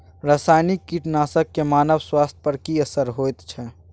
रसायनिक कीटनासक के मानव स्वास्थ्य पर की असर होयत छै?